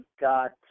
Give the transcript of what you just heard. got –